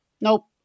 Nope